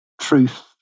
truth